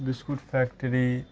biscuit factory